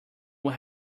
will